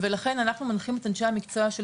ולכן אנחנו מנחים את אנשי המקצוע של